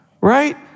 right